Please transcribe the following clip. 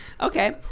Okay